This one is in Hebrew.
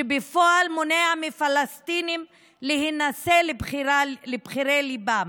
שבפועל מונע מפלסטינים להינשא לבחירי ליבם,